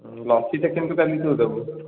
ଲସିଟା କିନ୍ତୁ କାଲି ତୁ ଦେବୁ